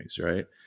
right